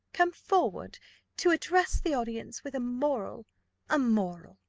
comes forward to address the audience with a moral a moral!